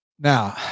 now